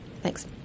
thanks